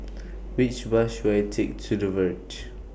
Which Bus should I Take to The Verge